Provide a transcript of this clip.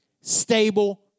stable